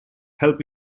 help